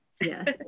Yes